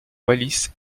wallis